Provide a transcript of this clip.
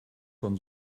von